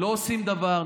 לא עושים דבר.